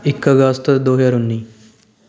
ਇੱਕ ਅਗਸਤ ਦੋ ਹਜ਼ਾਰ ਉੱਨੀ